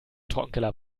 trockenkeller